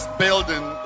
building